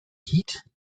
heat